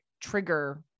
trigger